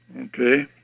okay